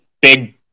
big